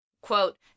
Quote